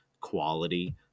quality